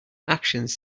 actions